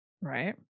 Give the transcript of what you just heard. Right